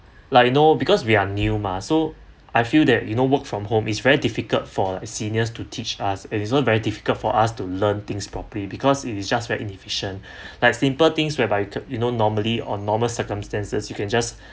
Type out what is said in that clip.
like you know because we are new mah so I feel that you know work from home is very difficult for the seniors to teach us and it's also very difficult for us to learn things properly because it is just very inefficient like simple things whereby you know normally or normal circumstances you can just